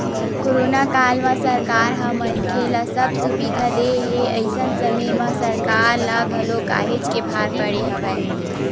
corona काल म सरकार ह मनखे ल सब सुबिधा देय हे अइसन समे म सरकार ल घलो काहेच के भार पड़े हवय